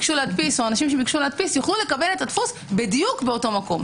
אנשים שביקשו להדפיס יוכלו לקבל את הדפוס בדיוק באותו מקום.